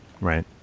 Right